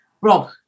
rob